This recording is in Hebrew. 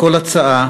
כל הצעה,